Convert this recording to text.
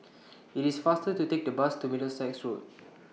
IT IS faster to Take The Bus to Middlesex Road